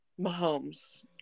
Mahomes